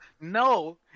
No